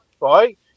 right